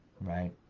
right